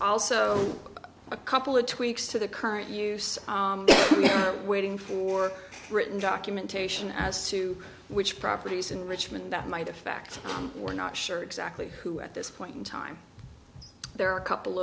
also a couple of tweaks to the current use waiting for written documentation as to which properties in richmond that might affect we're not sure exactly who at this point in time there are a couple